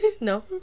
No